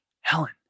Helen